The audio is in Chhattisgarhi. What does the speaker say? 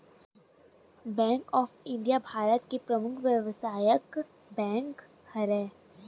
बेंक ऑफ इंडिया भारत के परमुख बेवसायिक बेंक हरय